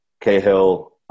Cahill